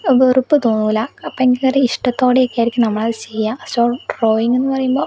വെറുപ്പ് തോന്നൂല്ല ഭയങ്കര ഇഷ്ടത്തോടെയൊക്കെ ആയിരിക്കും നമ്മള് അത് ചെയ്യുക സോ ഡ്രോയിങ് എന്ന് പറയുമ്പോൾ